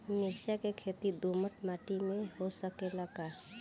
मिर्चा के खेती दोमट माटी में हो सकेला का?